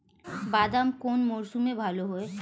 বাদাম কোন মরশুমে ভাল হয়?